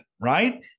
Right